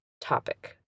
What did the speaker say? topic